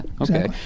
Okay